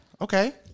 okay